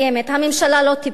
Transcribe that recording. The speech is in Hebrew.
הממשלה לא תיפול,